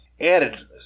added